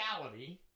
reality